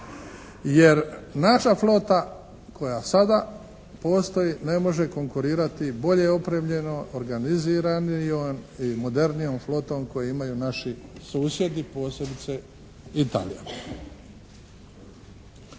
jer naša flota koja sada postoji ne može konkurirati bolje opremljeno, organiziranijom i modernijom flotom koju imaju naši susjedi, posebice Italija.